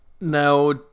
Now